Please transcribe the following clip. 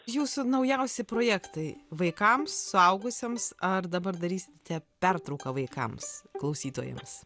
jūsų naujausi projektai vaikams suaugusiems ar dabar darysite pertrauką vaikams klausytojams